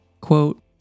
Quote